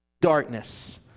darkness